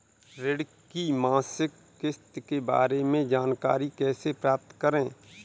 ऋण की मासिक किस्त के बारे में जानकारी कैसे प्राप्त करें?